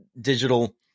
digital